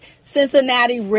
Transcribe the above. Cincinnati